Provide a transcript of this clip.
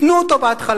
תנו אותו בהתחלה,